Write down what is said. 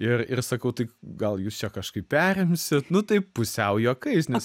ir ir sakau tai gal jūs čia kažkaip perimsit nu taip pusiau juokais nes